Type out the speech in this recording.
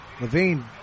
Levine